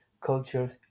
cultures